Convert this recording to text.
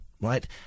right